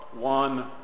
one